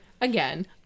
again